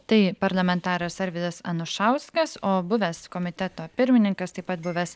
tai parlamentaras arvydas anušauskas o buvęs komiteto pirmininkas taip pat buvęs